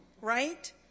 right